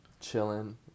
chilling